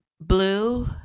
blue